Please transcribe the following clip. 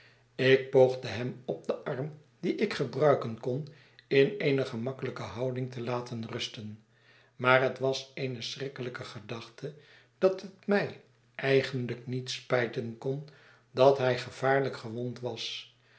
ik poogde hem op den arm dien ik gebruiken kon in eene gemakkelijke houding te laten rusten maar het was eene schrikkelijke gedachte dat het mij eigenlijk niet spijten kon dat hij gevaarlijk gewond was